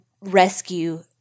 rescue